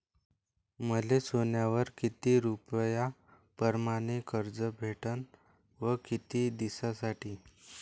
मले सोन्यावर किती रुपया परमाने कर्ज भेटन व किती दिसासाठी?